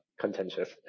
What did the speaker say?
contentious